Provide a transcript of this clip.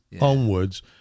onwards